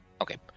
Okay